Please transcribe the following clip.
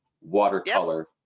watercolor